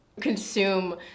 consume